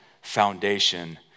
foundation